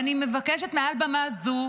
ואני מבקשת מעל במה זו